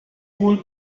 wohl